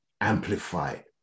amplified